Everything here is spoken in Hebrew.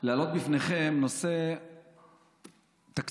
להעלות בפניכם נושא תקציבי,